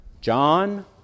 John